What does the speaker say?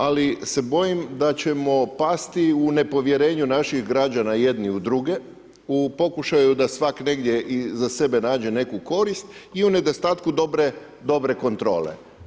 Ali, se bojim da ćemo pasti u nepovjerenju naših građana jedni u druge, u pokušaju da svak negdje i za sebe nađe neku korist i u nedostatku dobre kontrole.